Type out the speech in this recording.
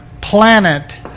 planet